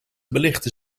belichten